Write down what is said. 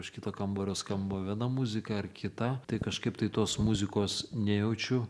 iš kito kambario skamba viena muzika ar kita tai kažkaip tai tos muzikos nejaučiu